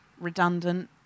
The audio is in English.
redundant